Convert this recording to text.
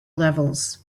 levels